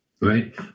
right